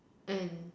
and